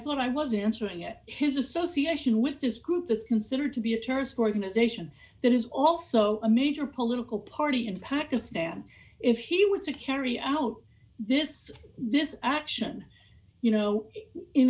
thought i was answering it his association with this group that's considered to be a terrorist organization that is also a major political party in pakistan if he would say carry out this this action you know in